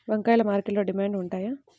వంకాయలు మార్కెట్లో డిమాండ్ ఉంటాయా?